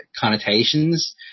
connotations –